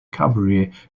cabaret